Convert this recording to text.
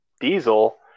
Diesel